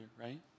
right